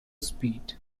speed